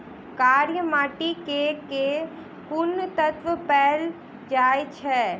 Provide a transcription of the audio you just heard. कार्य माटि मे केँ कुन तत्व पैल जाय छै?